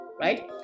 right